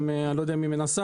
אני לא יודע אם היא מנסה,